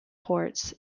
ports